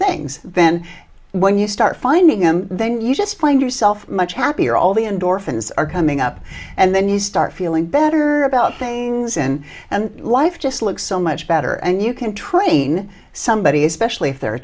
things then when you start finding them then you just find yourself much happier all the endorphins are coming up and then you start feeling better about things in life just look so much better and you can train somebody especially if they're a